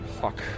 fuck